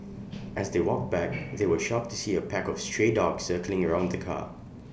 as they walked back they were shocked to see A pack of stray dogs circling around the car